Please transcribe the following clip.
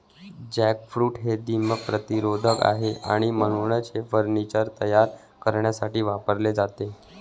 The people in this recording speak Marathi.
जॅकफ्रूट हे दीमक प्रतिरोधक आहे आणि म्हणूनच ते फर्निचर तयार करण्यासाठी वापरले जाते